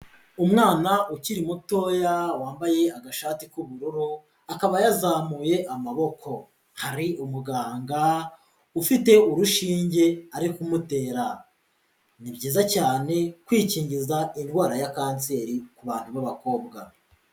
Umwana ukiri mutoya wambaye agashati k'ubururu, akaba yazamuye amaboko, hari umuganga ufite urushinge ari kumutera, ni byiza cyane kwikingiza indwara ya Kanseri ku bantu b'abakobwa.